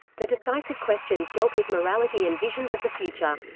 the decisive questions dealt with morality and visions of the future.